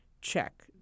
check